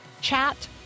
chat